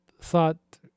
thought